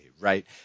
right